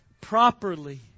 properly